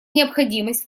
необходимость